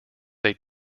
they